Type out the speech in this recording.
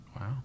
Wow